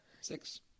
Six